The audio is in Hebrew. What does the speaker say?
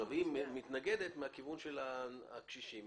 היא מתנגדת מהכיוון של הקשישים.